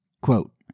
Quote